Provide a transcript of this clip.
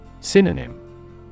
Synonym